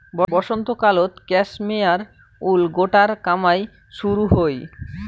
বসন্তকালত cashmere wool গোটার কামাই শুরু হই